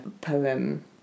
poem